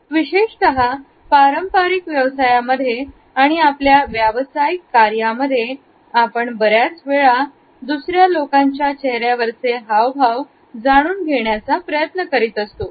विशेषतः पारंपारिक व्यवसायांमध्ये आणि आपल्या व्यावसायिक कार्यामध्ये आपण बऱ्याच वेळा दुसऱ्या लोकांचे चेहऱ्यावरचे हावभाव जाणून घेण्याचा प्रयत्न करीत असतो